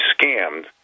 scammed